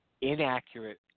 inaccurate